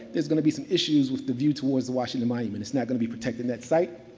there's going to be some issues with the view towards the washington monument. it's not going to be protecting that site.